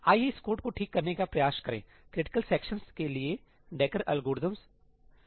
आइए इस कोड को ठीक करने का प्रयास करें क्रिटिकल सेक्शंस के लिए डेकर एल्गोरिथ्मDekker's algorithm